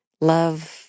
love